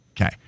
Okay